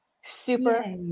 Super